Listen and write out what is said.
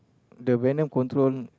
the venom control